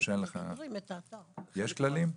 יש כללים?